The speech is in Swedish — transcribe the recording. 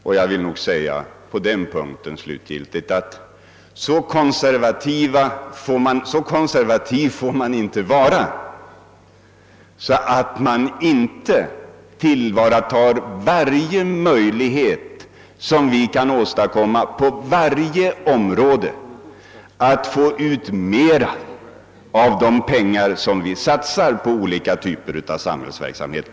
På den punkten vill jag slutgiltigt säga att så konservativ får man inte vara att man inte tillvaratar varje möjlighet på varje område att få ut mera av de pengar som vi satsar på olika typer av samhällsverksamhet.